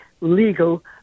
legal